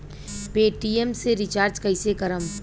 Paytm से recharge कईसे करम?